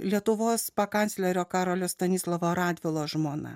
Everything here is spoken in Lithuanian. lietuvos pa kanclerio karolio stanislovo radvilos žmona